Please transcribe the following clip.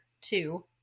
two